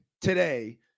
today